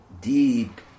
deep